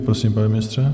Prosím, pane ministře.